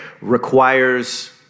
requires